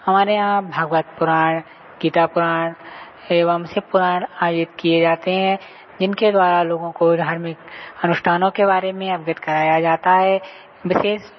हमारे यहाँ भगवत पुराण गीता पुराण एवं शिव पुराण आयोजित किए जाते हैं जिनके द्वारा लोगों को धार्मिक अनुष्ठानों के बारे में अवगत कराया जाता है विशेष